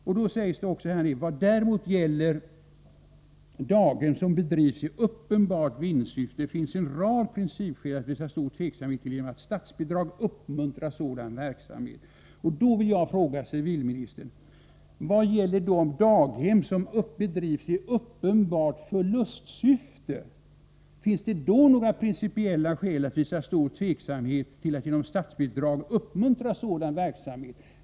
I svaret säger civilministern: ”Vad däremot gäller daghem som bedrivs i uppenbart vinstsyfte finns det en rad principskäl att visa stor tveksamhet till att genom statsbidrag uppmuntra sådan verksamhet.” Med anledning av detta uttalande vill jag fråga: Finns det vad gäller de daghem som bedrivs i uppenbart förlustsyfte några principiella skäl att visa stor tveksamhet till att genom statsbidrag uppmuntra sådan verksamhet?